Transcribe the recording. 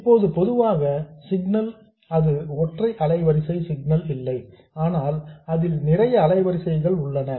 இப்போது பொதுவாக சிக்னல் அது ஒற்றை அலைவரிசை சிக்னல் இல்லை ஆனால் அதில் நிறைய அலைவரிசைகள் உள்ளன